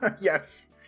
yes